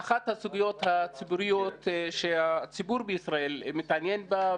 זו אחת הסוגיות הציבוריות שהציבור בישראל מתעניין בה,